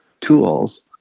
tools